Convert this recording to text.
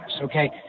okay